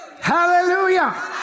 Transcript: Hallelujah